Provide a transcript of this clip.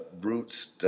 Roots